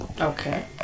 Okay